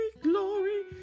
glory